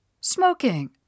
Smoking